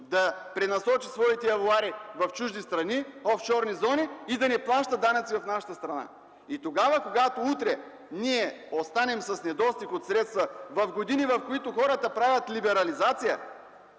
да пренасочи своите авоари в чужди страни, офшорни зони и да не плаща данъци в нашата страна. И тогава, когато утре ние останем с недостиг от средства в години, в които хората правят либерализация,